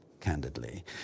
candidly